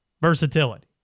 versatility